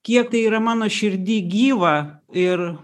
kiek tai yra mano širdy gyva ir